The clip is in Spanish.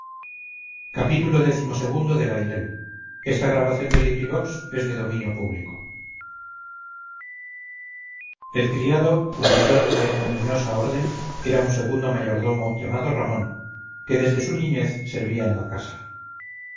xxiv xxv xxvi xxvii xxviii xxix xxx xxxi xxxii bailén de benito pérez galdós el criado cumplidor de la ignominiosa orden era un segundo mayordomo llamado román que desde su niñez servía en la casa